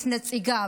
את נציגיו.